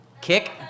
Kick